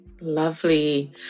Lovely